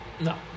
No